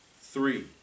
three